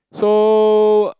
so